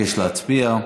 יש להצביע.